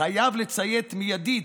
חייב לציית מיידית,